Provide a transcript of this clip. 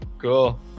Cool